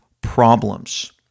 problems